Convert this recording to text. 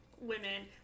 women